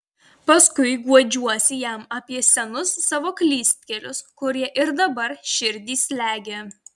paskui guodžiuosi jam apie senus savo klystkelius kurie ir dabar širdį slegia